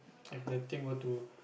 if the thing were to